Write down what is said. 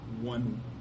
one